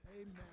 amen